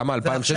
ועכשיו,